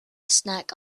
snack